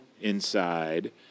inside